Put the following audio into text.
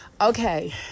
Okay